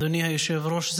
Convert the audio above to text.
אדוני היושב-ראש,